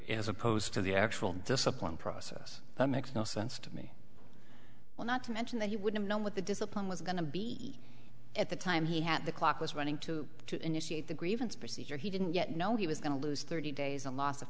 as opposed to the actual discipline process that makes no sense to me well not to mention that he would have known what the discipline was going to be at the time he had the clock was running to initiate the grievance procedure he didn't yet know he was going to lose thirty days and loss of